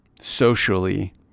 socially